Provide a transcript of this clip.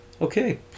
Okay